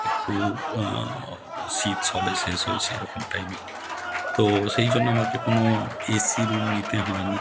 একটু শীত সবে শেষ হয়েছিলো এরকম টাইমেই তো সেই জন্য আমাকে কোনো এসি রুম নিতে হয় নি